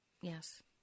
Yes